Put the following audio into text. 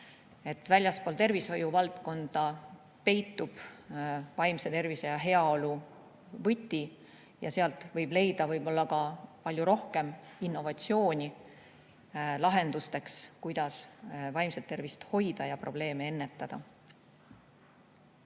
Väljaspool tervishoiu valdkonda peitub vaimse tervise ja heaolu võti ja sealt võib leida võib-olla ka palju rohkem innovatsiooni lahendusteks, kuidas vaimset tervist hoida ja probleeme ennetada.